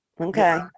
Okay